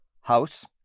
house